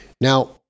Now